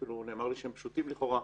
ואפילו נאמר לי שהם פשוטים לכאורה.